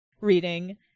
reading